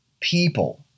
people